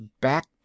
back